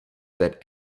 that